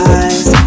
eyes